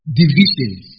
divisions